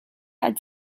had